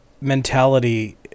mentality